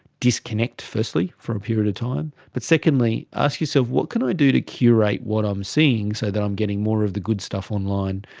disconnect firstly for a period of time. but secondly ask yourself what can i do to curate what i'm seeing so that i'm getting more of the good stuff online,